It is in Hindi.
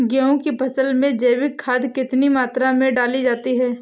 गेहूँ की फसल में जैविक खाद कितनी मात्रा में डाली जाती है?